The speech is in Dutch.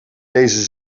deze